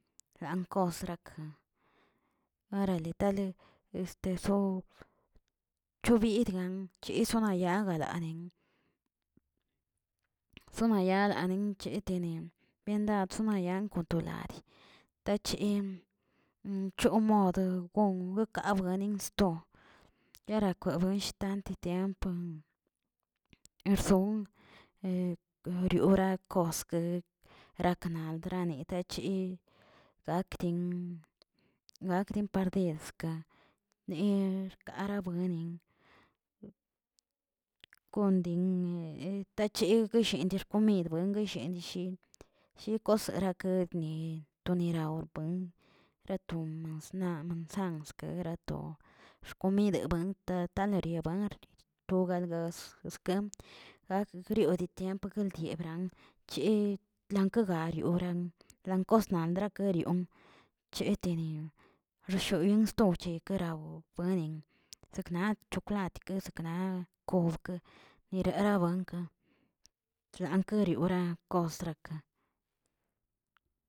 Lankostr, orale tale este sobr chobieꞌ dgan chesonadyagayan chesona yaguidanin zona yagadanin chetenin byendad sonayan kon to ladi, tachin chomodgo we- wekab bueningsto guerakwebuen shtanti tiempo erson heriora koske raknaldaa chi, gakdin gakdin pardi ska ni rkabuenin, kondin tacheggueshigue xkomidb guesheni shin shi koserat ni toniraw bni ratun masna mansan guerato xkomida buentat derianrbanb to galgast skem gak griori de tiempo gueldriebran chi gankegarioban lagosta gagakerion etenin reshoyin ston ekarobuen zekna choklat ke sekna kobke nirarabuenka klan keriora kosdraka.